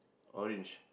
orange